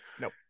Nope